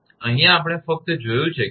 અહીંયા આપણે ફક્ત જોયું છે કે 𝛿 0